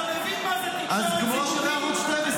--- אתה מבין מה זה תקשורת ציבורית,